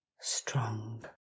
strong